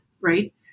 right